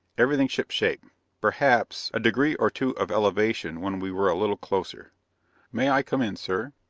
everything shipshape perhaps, a degree or two of elevation when we were a little closer may i come in sir?